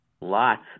lots